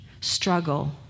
struggle